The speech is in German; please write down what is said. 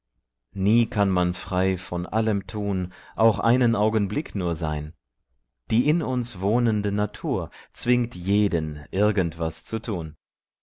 nie kann man frei von allem tun auch einen augenblick nur sein die in uns wohnende natur zwingt jeden irgend was zu tun